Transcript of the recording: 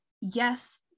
yes